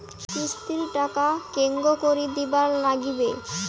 কিস্তির টাকা কেঙ্গকরি দিবার নাগীবে?